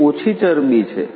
તે ઓછી ચરબી છે